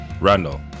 Randall